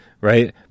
Right